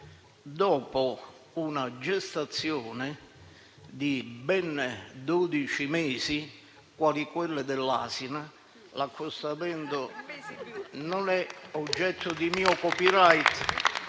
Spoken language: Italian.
Dopo una gestazione di ben dodici mesi, quale quella dell'asina, in un accostamento che non è oggetto di mio *copyright*